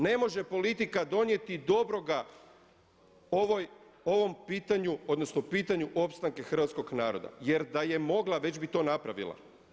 Ne može politika donijeti dobroga ovom pitanju, odnosno pitanju opstanka hrvatskoga naroda jer da je mogla već bi to napravila.